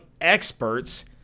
experts